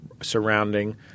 surrounding